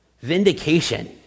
Vindication